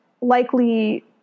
likely